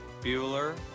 Bueller